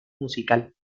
musical